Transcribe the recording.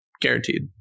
Guaranteed